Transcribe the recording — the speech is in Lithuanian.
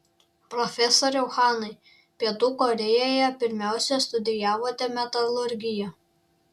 profesoriau hanai pietų korėjoje pirmiausia studijavote metalurgiją